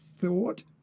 thought